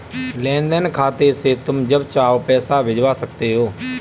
लेन देन खाते से तुम जब चाहो पैसा भिजवा सकते हो